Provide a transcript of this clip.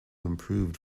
improved